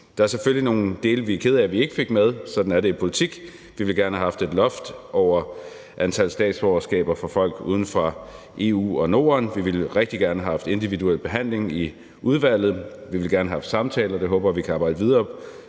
Der er selvfølgelig nogle dele, vi er kede af vi ikke fik med – sådan er det i politik. Vi ville gerne have haft et loft over antal statsborgerskaber fra folk uden for EU og Norden. Vi ville rigtig gerne have haft individuel behandling i udvalget. Vi ville gerne have haft samtaler, og det håber jeg vi kan arbejde videre